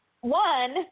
One